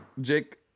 Jake